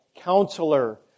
counselor